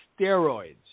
steroids